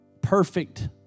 perfect